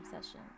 session